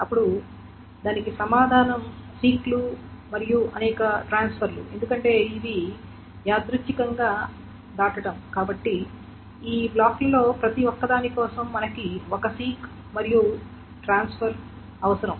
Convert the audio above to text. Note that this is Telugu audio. అప్పుడు దానికి సమాధానం సీక్ లు మరియు అనేక ట్రాన్స్ఫర్ లు ఎందుకంటే ఇవి యాదృచ్ఛికంగా దాటుట కాబట్టి ఈ బ్లాక్లలో ప్రతి ఒక్కదాని కోసం మనకి ఒక సీక్ మరియు ట్రాన్స్ఫర్ అవసరం